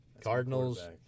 Cardinals